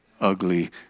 ugly